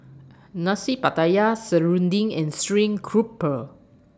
Nasi Pattaya Serunding and Stream Grouper